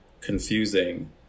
confusing